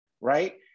right